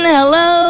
Hello